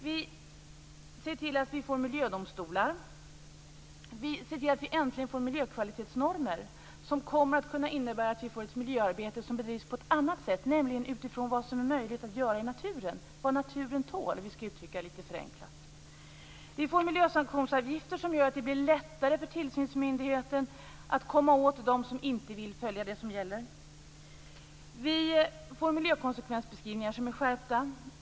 Vi ser till att vi får miljödomstolar. Vi ser till att vi äntligen får miljökvalitetsnormer, som kommer att kunna innebära att vi får ett miljöarbete som bedrivs på ett annat sätt, nämligen utifrån vad som är möjligt att göra i naturen, vad naturen tål, för att uttrycka det litet förenklat. Vi får miljösanktionsavgifter som gör att det blir lättare för tillsynsmyndigheten att komma åt dem som inte vill följa det som gäller. Vi får skärpta miljökonsekvensbeskrivningar.